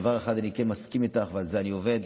בדבר אחד אני כן מסכים איתך, ועל זה אני עובד,